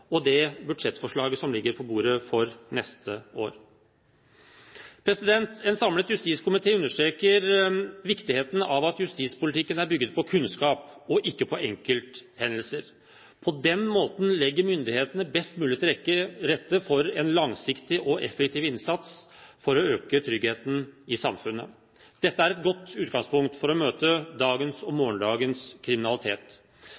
og det budsjettforslaget som ligger på bordet for neste år. En samlet justiskomité understreker viktigheten av at justispolitikken er bygget på kunnskap og ikke på enkelthendelser. På den måten legger myndighetene best mulig til rette for en langsiktig og effektiv innsats for å øke tryggheten i samfunnet. Dette er et godt utgangspunkt for å møte dagens og